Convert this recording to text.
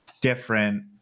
different